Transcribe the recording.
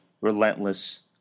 relentless